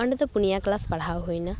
ᱚᱸᱰᱮ ᱫᱚ ᱯᱩᱱᱭᱟ ᱠᱮᱞᱟᱥ ᱯᱟᱲᱦᱟᱣ ᱦᱩᱭᱮᱱᱟ